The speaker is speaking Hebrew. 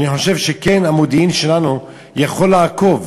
אני חושב שכן, המודיעין שלנו יכול לעקוב